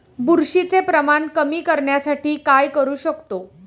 बुरशीचे प्रमाण कमी करण्यासाठी काय करू शकतो?